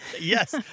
Yes